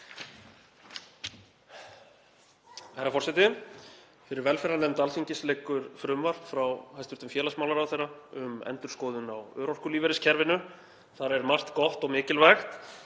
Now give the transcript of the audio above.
Herra forseti. Fyrir velferðarnefnd Alþingis liggur frumvarp frá hæstv. félagsmálaráðherra um endurskoðun á örorkulífeyriskerfinu. Þar er margt gott og mikilvægt